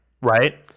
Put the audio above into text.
right